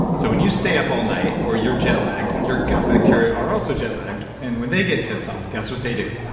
so when you stay up all night or you're jet-lagged, your gut bacteria are also jet-lagged and when they get pissed off, guess what they do?